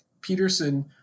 Peterson